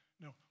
No